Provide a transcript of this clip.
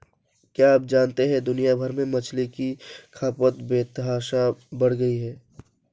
क्या आप जानते है दुनिया भर में मछली की खपत बेतहाशा बढ़ गयी है?